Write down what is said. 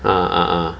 ah ah